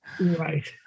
Right